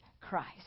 Christ